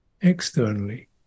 externally